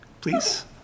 please